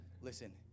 listen